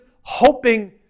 hoping